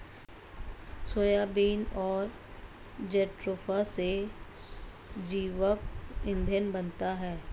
soybean और jatropha से जैविक ईंधन बनता है